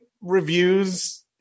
reviews